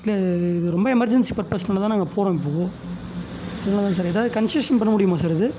இல்லை இது ரொம்ப எமர்ஜென்சி பர்ப்பஸ்னால் தான் நாங்கள் போகிறோம் இப்போது அதனால தான் சார் ஏதாவது கன்செஷன் பண்ண முடியுமா சார் இது